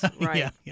Right